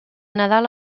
nadal